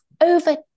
over